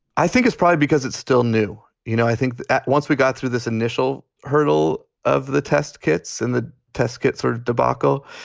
i think it's partly because it's still new. you know, i think once we got through this initial hurdle of the test kits and the test kit sort of debacle,